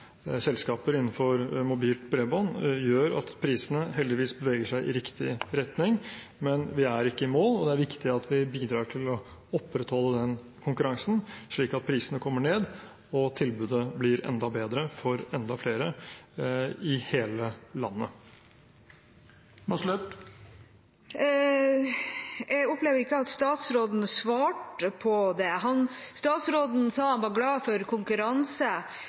selskaper innenfor mobilt bredbånd, gjør at prisene heldigvis beveger seg i riktig retning. Men vi er ikke i mål, og det er viktig at vi bidrar til å opprettholde den konkurransen, slik at prisene går ned og tilbudet blir enda bedre for enda flere i hele landet. Jeg opplever ikke at statsråden svarte på spørsmålet. Statsråden sa han var glad for konkurranse.